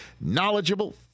knowledgeable